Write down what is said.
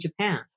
Japan